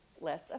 less